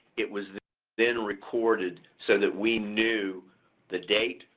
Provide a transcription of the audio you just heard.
it was then recorded so that we knew the date,